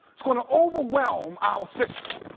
it's going to overwhelm our system.